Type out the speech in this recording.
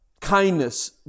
kindness